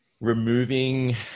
removing